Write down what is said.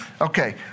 Okay